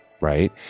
right